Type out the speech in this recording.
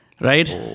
Right